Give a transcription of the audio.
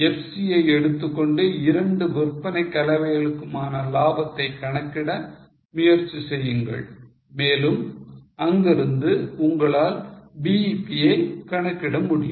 FC ஐ எடுத்துக்கொண்டு இரண்டு விற்பனை கலவைகளுக்குமான லாபத்தை கணக்கிட முயற்சி செய்யுங்கள் மேலும் அங்கிருந்து உங்களால் BEP ஐ கணக்கிட முடியும்